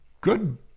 good